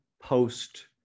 post